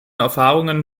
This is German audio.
erfahrungen